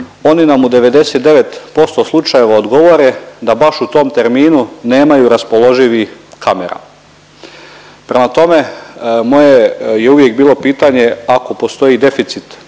oni nam u 99% slučajeva odgovore da baš u tom terminu nemaju raspoloživih kamera. Prema tome, moje je uvijek bilo pitanje ako postoji deficit